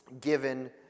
given